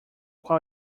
qual